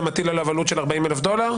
זה מטיל עליו עלות של 40 אלף דולר?